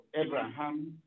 Abraham